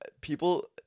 people